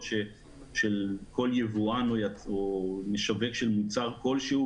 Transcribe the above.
של כל יבואן או משווק של מוצר כלשהו,